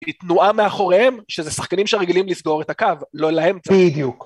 התנועה מאחוריהם שזה שחקנים שרגילים לסגור את הקו לא לאמצע. בדיוק.